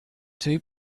two